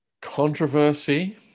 Controversy